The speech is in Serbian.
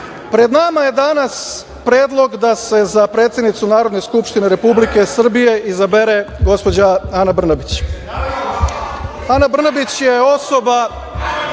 nama je danas predlog da se za predsednicu Narodne skupštine Republike Srbije izabere gospođa Ana Brnabić. Ana Brnabić je osoba